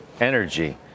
Energy